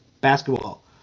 basketball